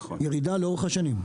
ירידה לאורך השנים.